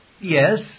yes